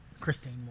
Christine